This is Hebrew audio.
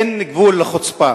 אין גבול לחוצפה.